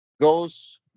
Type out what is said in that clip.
goes